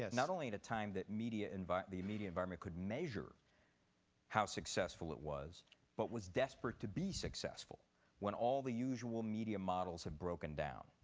yeah not only at a time that and but the media environment could measure how successful it was but was desperate to be successful when all the usual media models have broken down.